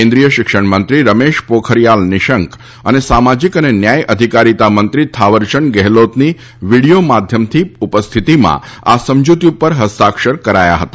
કેન્દ્રિય શિક્ષણમંત્રી રમેશ પોખરીયાલ નિશંક અને સામાજિક ન્યાય અને અધિકારિતા મંત્રી થાવરયંદ ગેહલોતની વીડિયો માધ્યમથી ઉપસ્થિતિમાં આ સમજૂતી ઉપર હસ્તાક્ષર કરાયા હતા